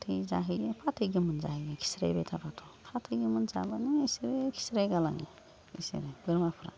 फाथै जाहोयो फाथै गोमोन जाहोयो खिस्राइबाय थाबाथ' फाथै गोमोन जाबानो इसोरो खिस्राइगालाङो इसोरो बोरमाफोरा